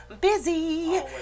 busy